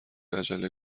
عجله